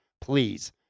please